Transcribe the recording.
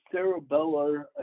cerebellar